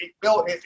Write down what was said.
Bill